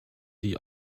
die